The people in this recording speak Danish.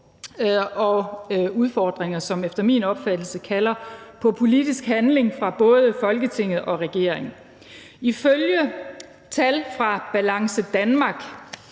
er udfordringer, som efter min opfattelse kalder på politisk handling fra både Folketinget og regeringen. Ifølge tal fra Balance Danmark